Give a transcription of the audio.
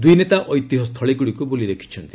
ଦୁଇ ନେତା ଐତିହ୍ୟ ସ୍ଥଳୀଗୁଡ଼ିକୁ ବୁଲି ଦେଖିଛନ୍ତି